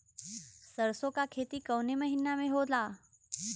सरसों का खेती कवने महीना में होला?